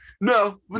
No